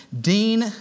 Dean